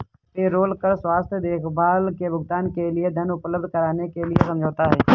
payroll कर स्वास्थ्य देखभाल के भुगतान के लिए धन उपलब्ध कराने के लिए समझौता है